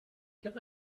can